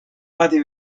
lati